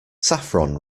saffron